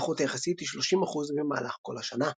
הלחות היחסית היא 30% במהלך כל השנה.